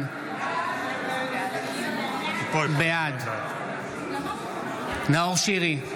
סגמן, בעד נאור שירי,